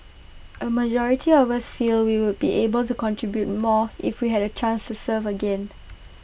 A majority of us feel we would be able to contribute more if we had A chance to serve again